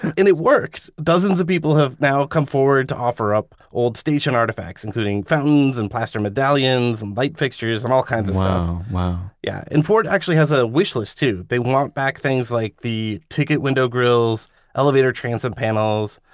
and it worked. dozens of people have now come forward to offer up old station artifacts including fountains and plaster medallions and light fixtures and all kinds of stuff wow. wow yeah. and ford actually has a wishlist too. they want back things like the ticket window grills elevator transit panels,